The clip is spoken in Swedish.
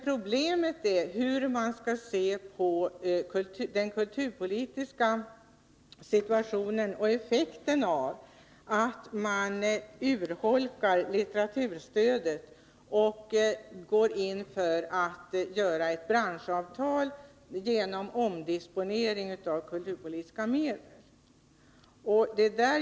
Problemet är hur man skall se på den kulturpolitiska situationen och effekten av att litteraturstödet urholkas liksom att man går in för ett branschavtal genom omdisponering av kulturpolitiska medel.